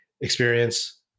experience